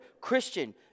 Christian